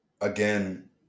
again